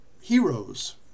heroes